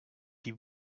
die